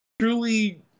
truly